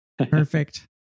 Perfect